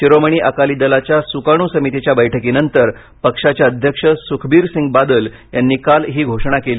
शिरोमणी अकाली दलाच्या सुकाणू समितीच्या बैठकीनंतर पक्षाचे अध्यक्ष सुखबीर सिंग बादल यांनी काल ही घोषणा केली